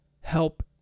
help